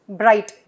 bright